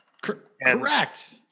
Correct